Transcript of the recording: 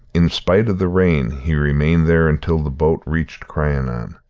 in spite of the rain he remained there until the boat reached crianan,